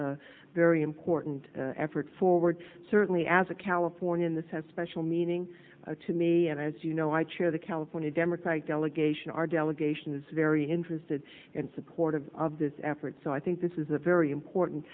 this very important effort forward certainly as a californian this has special meaning to me and i was you know i chair the california democratic delegation our delegation is very interested and supportive of this effort so i think this is a very important